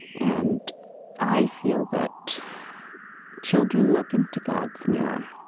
and i feel that children look into god's mirror.